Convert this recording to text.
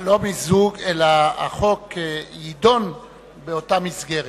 לא מיזוג, אלא החוק יידון באותה מסגרת.